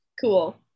Cool